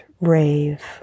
rave